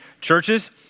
churches